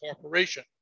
corporation